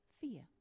fear